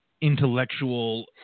intellectual